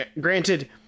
granted